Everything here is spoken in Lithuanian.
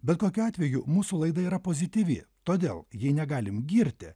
bet kokiu atveju mūsų laida yra pozityvi todėl jei negalim girti